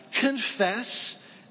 confess